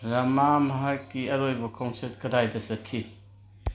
ꯔꯥꯃꯥ ꯃꯍꯥꯛꯀꯤ ꯑꯔꯣꯏꯕ ꯈꯣꯡꯆꯠ ꯀꯗꯥꯏꯗ ꯆꯠꯈꯤ